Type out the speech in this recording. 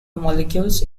molecules